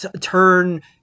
turn